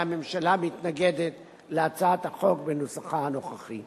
כי הממשלה מתנגדת להצעת החוק בנוסחה הנוכחי.